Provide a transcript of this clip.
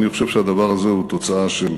ואני חושב שהדבר הזה הוא תוצאה של